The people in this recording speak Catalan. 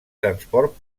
transport